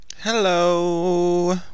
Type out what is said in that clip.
Hello